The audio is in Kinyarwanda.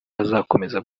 azakomeza